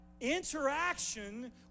interaction